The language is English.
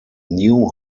new